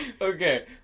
Okay